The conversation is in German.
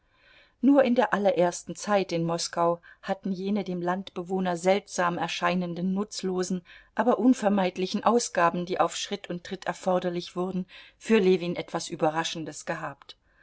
nur in der allerersten zeit in moskau hatten jene dem landbewohner seltsam erscheinenden nutzlosen aber unvermeidlichen ausgaben die auf schritt und tritt erforderlich wurden für ljewin etwas überraschendes gehabt